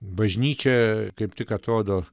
bažnyčia kaip tik atrodo